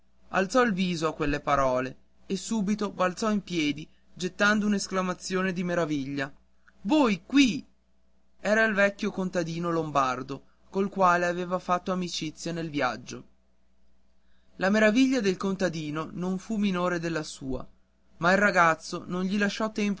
alzò il viso a quelle parole e subito balzò in piedi gettando un'esclamazione di meraviglia voi qui era il vecchio contadino lombardo col quale aveva fatto amicizia nel viaggio la meraviglia del contadino non fu minore della sua ma il ragazzo non gli lasciò